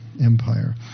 Empire